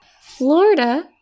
Florida